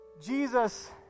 Jesus